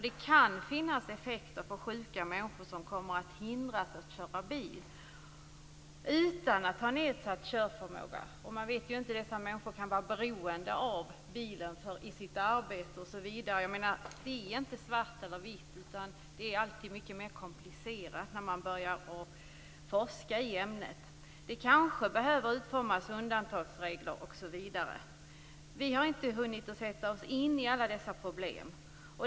Det kan finnas effekter för sjuka människor som kommer att hindras att köra bil utan att ha nedsatt körförmåga. Dessa människor kan vara beroende av bilen i sitt arbete osv. Detta är inte svart eller vitt. Det är alltid mycket mer komplicerat när man börjar forska i ämnet. Det behöver kanske utformas undantagsregler osv. Vi har inte hunnit att sätta oss in i alla dessa problem.